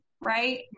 right